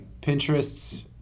Pinterest's